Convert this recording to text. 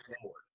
forward